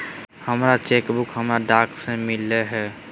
हमर चेक बुकवा हमरा डाक से मिललो हे